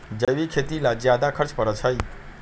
जैविक खेती ला ज्यादा खर्च पड़छई?